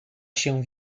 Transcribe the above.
się